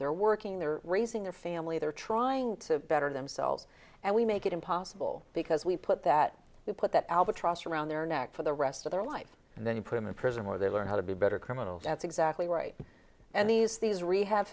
they're working they're raising their family they're trying to better themselves and we make it impossible because we put that we put that albatross around their neck for the rest of their life and then put him in prison where they learn how to be better criminals that's exactly right and these these rehab